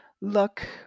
look